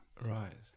right